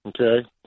Okay